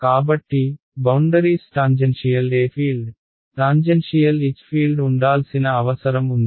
కాబట్టి boundaries tangential E field tangential H field ఉండాల్సిన అవసరం ఉంది